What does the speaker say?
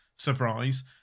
surprise